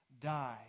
die